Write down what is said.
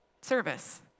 service